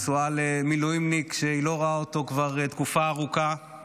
היא נשואה למילואימניק שהיא לא רואה אותו כבר תקופה ארוכה,